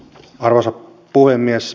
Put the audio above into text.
arvoisa puhemies